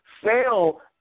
fail